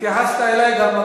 התייחסת אלי גם.